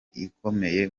ikomeye